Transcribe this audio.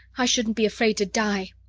i shouldn't be afraid to die.